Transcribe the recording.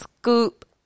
Scoop